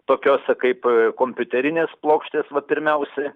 tokiose kaip kompiuterinės plokštės vat pirmiausiai